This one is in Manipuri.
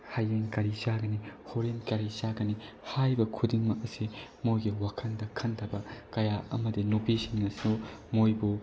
ꯍꯌꯦꯡ ꯀꯔꯤ ꯆꯥꯒꯅꯤ ꯍꯣꯔꯦꯟ ꯀꯔꯤ ꯆꯥꯒꯅꯤ ꯍꯥꯏꯔꯤꯕ ꯈꯨꯗꯤꯡꯃꯛ ꯑꯁꯤ ꯃꯣꯏꯒꯤ ꯋꯥꯈꯜꯗ ꯈꯟꯊꯕ ꯀꯌꯥ ꯑꯃꯗꯤ ꯅꯨꯄꯤꯁꯤꯡꯅꯁꯨ ꯃꯣꯏꯕꯨ